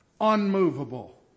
unmovable